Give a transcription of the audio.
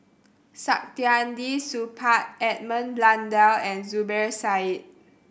Saktiandi Supaat Edmund Blundell and Zubir Said